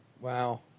Wow